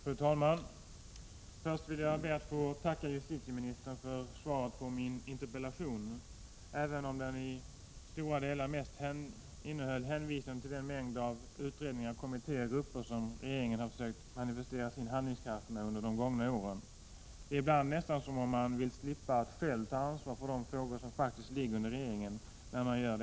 Fru talman! Först ber jag att få tacka justitieministern för svaret på min interpellation, även om det i stora delar mest innehöll hänvisningar till den mängd utredningar, kommittéer och grupper med vilka regeringen under de gångna åren försökt manifestera sin handlingskraft. Det verkar nästan som om regeringen genom att tillsätta alla dessa utredningar vill slippa att själv ta ansvaret för de frågor som regeringen faktiskt har att handlägga.